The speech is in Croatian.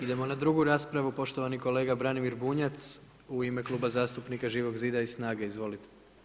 Idemo na drugu raspravu poštovani kolega Branimir Bunjac u ime Kluba zastupnika Živog zida i SNAGA-e izvolite.